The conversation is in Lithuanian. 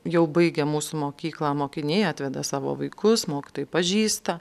jau baigę mūsų mokyklą mokiniai atveda savo vaikus mokytojai pažįsta